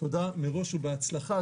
תודה מראש ובהצלחה.